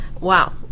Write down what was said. Wow